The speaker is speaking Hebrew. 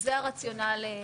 זה הרציונל.